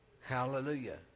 Hallelujah